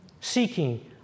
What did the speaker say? Seeking